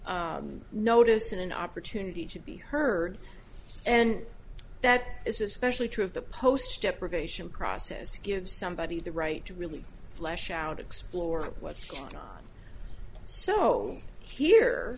noticed in an opportunity to be heard and that is especially true of the post deprivation process to give somebody the right to really flesh out explore what's going on so here